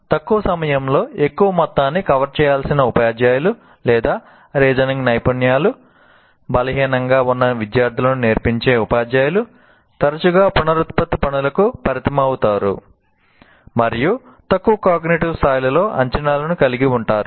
తక్కువ సమయంలో ఎక్కువ మొత్తాన్ని కవర్ చేయాల్సిన ఉపాధ్యాయులు లేదా రీజనింగ్ నైపుణ్యాలు బలహీనంగా ఉన్న విద్యార్థులకు నేర్పించే ఉపాధ్యాయులు తరచుగా పునరుత్పత్తి పనులకు పరిమితమవుతారు మరియు తక్కువ కాగ్నిటివ్ స్థాయిలో అంచనాలను కలిగి ఉంటారు